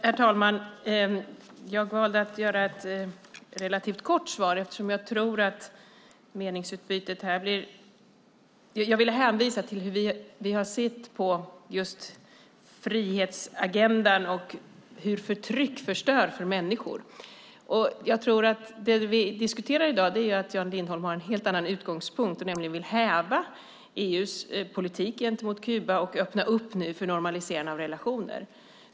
Herr talman! Jag valde att ge ett relativt kort svar, eftersom jag ville hänvisa till hur vi har sett på just frihetsagendan och hur förtryck förstör för människor. Jan Lindholm har en helt annan utgångspunkt. Han vill häva EU:s politik gentemot Kuba och öppna upp för normalisering av relationer.